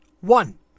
One